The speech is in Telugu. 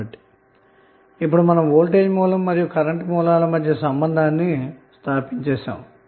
కాబట్టి రెండు ఈక్వివలెంట్ సర్క్యూట్ ల లోను కూడా మనం వోల్టేజ్ మరియు కరెంటు సోర్స్ ల మధ్య సంబంధాన్ని నెలకొల్పాము